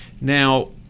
Now